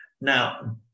Now